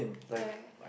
like